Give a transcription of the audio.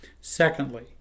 Secondly